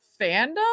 fandom